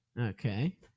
Okay